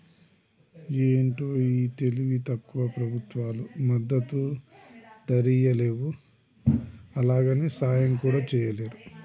ఏంటో ఈ తెలివి తక్కువ ప్రభుత్వాలు మద్దతు ధరియ్యలేవు, అలాగని సాయం కూడా చెయ్యలేరు